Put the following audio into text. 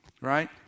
Right